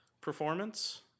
performance